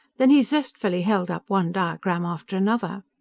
then he zestfully held up one diagram after another.